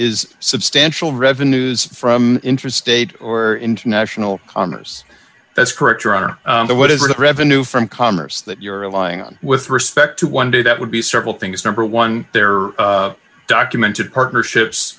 is substantial revenues from interstate or international commerce that's correct your honor the what is it revenue from commerce that you're relying on with respect to one day that would be several things number one there are documented partnerships